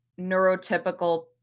neurotypical